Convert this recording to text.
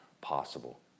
possible